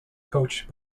coached